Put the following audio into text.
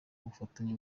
ubufatanye